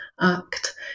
Act